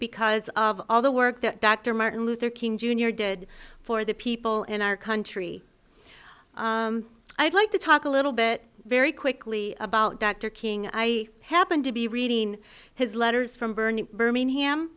because of all the work that dr martin luther king jr did for the people in our country i'd like to talk a little bit very quickly about dr king i happened to be reading his letters from bernie birmingham